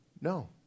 No